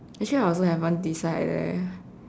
actually I also haven't decide leh